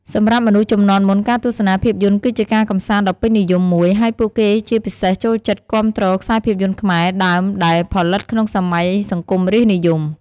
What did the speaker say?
សម្រាប់មនុស្សជំនាន់មុន ការទស្សនាភាពយន្តគឺជាការកម្សាន្តដ៏ពេញនិយមមួយ ហើយពួកគេជាពិសេសចូលចិត្តគាំទ្រខ្សែភាពយន្តខ្មែរដើមដែលផលិតក្នុងសម័យសង្គមរាស្ត្រនិយម។